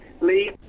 Lee